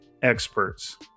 experts